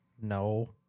No